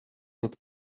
not